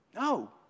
No